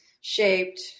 shaped